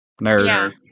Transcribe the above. nerd